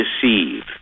deceive